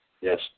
yes